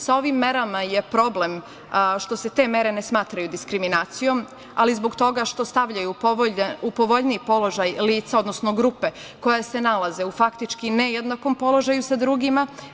Sa ovim merama je problem što se te mere ne smatraju diskriminacijom zbog toga što stavljaju u povoljniji položaj lica, odnosno grupe koja se nalaze u faktički nejednakom položaju sa drugima.